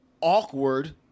awkward